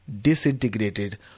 disintegrated